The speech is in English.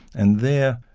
and there,